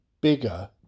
bigger